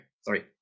sorry